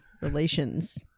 relations